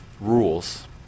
rules